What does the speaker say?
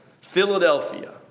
Philadelphia